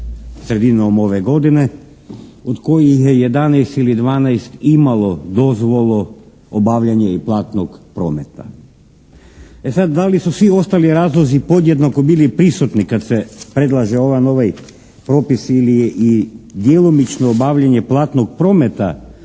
sredinom ove godine od kojih je 11 ili 12 imalo dozvolu obavljanje i platnog prometa. E sad, da li su svi ostali razlozi podjednako bili prisutni kad se predlaže ovaj novi propis ili je i djelomično obavljanje platnog prometa